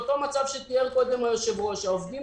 אותו מצב שתיאר היושב-ראש העובדים